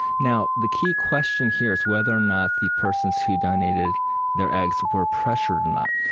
now the key question here is whether or not the persons who donated their eggs were pressured or not.